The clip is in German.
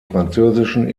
französischen